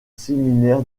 séminaire